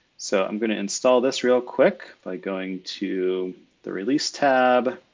so i'm going to install this real quick, by going to the release tab.